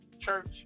church